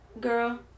girl